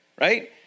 right